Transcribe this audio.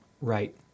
Right